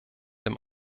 dem